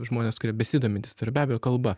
žmonės kurie besidomintys tai yra beabejo kalba